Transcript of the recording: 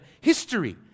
history